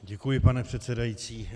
Děkuji, pane předsedající.